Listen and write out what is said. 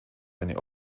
eine